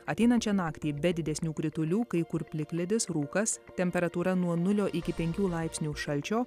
ateinančią naktį be didesnių kritulių kai kur plikledis rūkas temperatūra nuo nulio iki penkių laipsnių šalčio